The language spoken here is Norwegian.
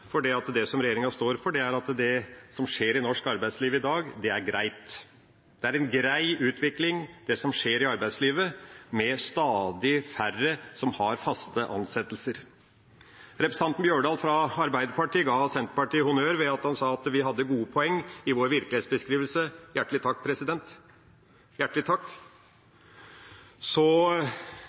ingen overraskelse, for det som regjeringa står for, er at det som skjer i norsk arbeidsliv i dag, er greit – det er en grei utvikling det som skjer i arbeidslivet, med stadig færre som har faste ansettelser. Representanten Holen Bjørdal fra Arbeiderpartiet ga Senterpartiet honnør ved å si at vi hadde gode poenger i vår virkelighetsbeskrivelse – hjertelig takk!